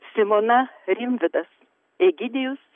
simona rimvydas egidijus